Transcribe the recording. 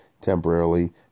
temporarily